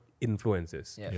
influences